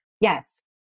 Yes